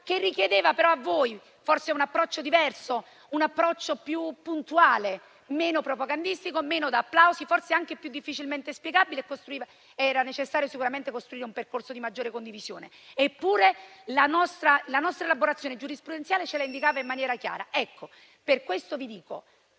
che richiedeva però a voi forse un approccio diverso, più puntuale, meno propagandistico, meno da applausi, forse anche più difficilmente spiegabile; era necessario sicuramente costruire un percorso di maggiore condivisione. Eppure, la nostra elaborazione giurisprudenziale ce la indicava in maniera chiara. Per questo vi dico